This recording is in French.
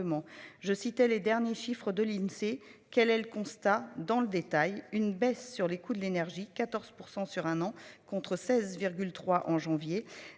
Je citais les derniers chiffres de l'Insee. Quel est le constat dans le détail une baisse sur les coûts de l'énergie 14% sur un an, contre 16 3 en janvier.